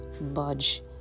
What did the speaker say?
budge